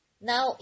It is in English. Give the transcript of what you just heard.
Now